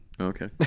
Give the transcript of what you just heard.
Okay